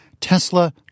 Tesla